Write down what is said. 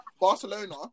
Barcelona